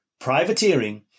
Privateering